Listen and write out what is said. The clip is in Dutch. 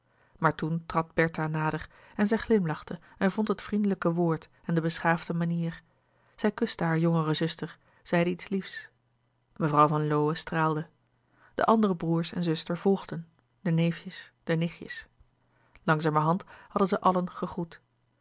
maar toen trad bertha nader en zij glimlachte en vond het vriendelijke woord en de beschaafde manier zij kuste hare jongere zuster zeide iets liefs mevrouw van lowe straalde de andere broêrs en zusters volgden de neven de nichtjes langzamerhand hadden zij allen gegroet